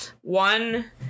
one